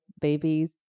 babies